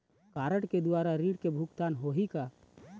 Card के द्वारा ऋण के भुगतान होही का?